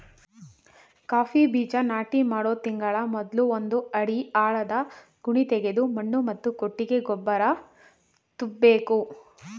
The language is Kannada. ಕಾಫಿ ಬೀಜ ನಾಟಿ ಮಾಡೋ ತಿಂಗಳ ಮೊದ್ಲು ಒಂದು ಅಡಿ ಆಳದ ಗುಣಿತೆಗೆದು ಮಣ್ಣು ಮತ್ತು ಕೊಟ್ಟಿಗೆ ಗೊಬ್ಬರ ತುಂಬ್ಬೇಕು